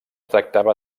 tractava